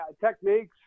techniques